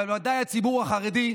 אבל בוודאי הציבור החרדי,